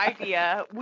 idea